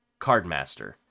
Cardmaster